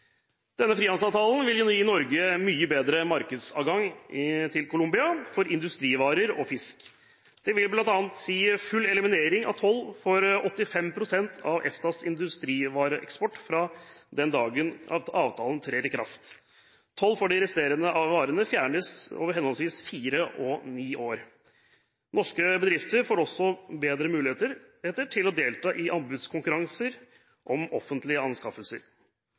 Denne frihandelsavtalen vil gi Norge mye bedre markedsadgang i Colombia for industrivarer og fisk. Det vil bl.a. si full eliminering av toll for 85 pst. av EFTAs industrivareeksport fra den dagen avtalen trer i kraft. Toll for de resterende varene fjernes over henholdsvis fire og ni år. Norske bedrifter får også bedre muligheter til å delta i anbudskonkurranser om offentlige anskaffelser.